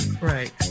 Right